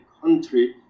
country